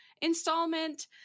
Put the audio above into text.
installment